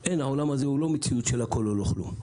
העולם הזה הוא לא מציאות של הכול או לא כלום.